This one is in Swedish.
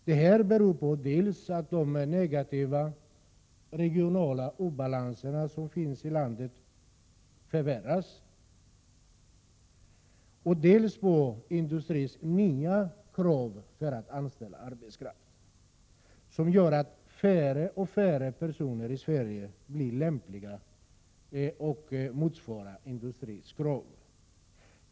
Detta beror dels på att de negativa regionala obalanser som finns i landet förvärras, dels på industrins nya krav på arbetskraften som leder till att färre och färre personer i Sverige anses lämpliga och anses motsvara industrins krav.